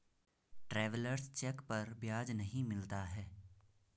travellers cheque पर ब्याज नहीं मिलता है